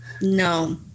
no